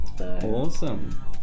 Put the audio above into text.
Awesome